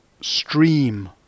stream